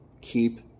Keep